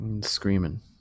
Screaming